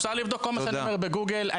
אפשר לבדוק בגוגל את כל מה שאני אומר,